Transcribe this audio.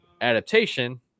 adaptation